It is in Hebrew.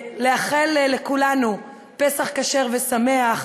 לאחל לכולנו פסח כשר ושמח,